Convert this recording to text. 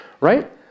Right